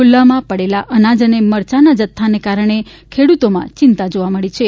ખુલ્લામાં પડેલા અનાજ અને મરચાંના જથ્થાને કારણે ખેડૂતોમાં ચિંતા જોવા મળી છે